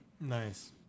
Nice